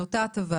מאותה הטבה.